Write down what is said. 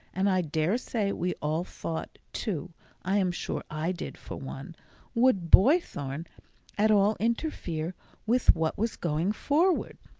and i dare say we all thought too i am sure i did, for one would boythorn at all interfere with what was going forward?